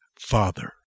father